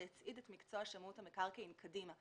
זה הצעיד את מקצוע שמאות המקרקעין קדימה.